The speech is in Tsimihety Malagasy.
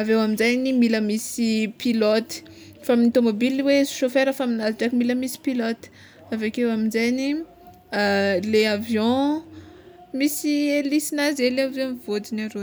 aveo aminjegny misy pilôty fa amin'ny tômôbily hoe saofera fa aminazy ndraiky mila misy pilôty avekeo aminjegny le avion misy helisinazy hely avy amy vôdiny arô.